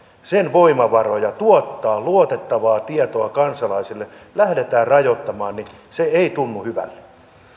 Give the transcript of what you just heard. voimavaroja tuottaa luotettavaa tietoa kansalaisille lähdetään rajoittamaan se ei tunnu hyvälle